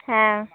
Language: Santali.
ᱦᱮᱸ